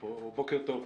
בוקר טוב,